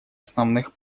основных